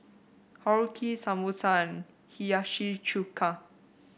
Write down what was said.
Korokke Samosa and Hiyashi Chuka